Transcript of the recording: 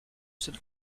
seule